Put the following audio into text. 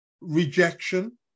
rejection